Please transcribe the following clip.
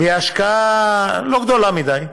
בהשקעה לא גדולה מדי,